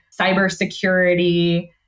cybersecurity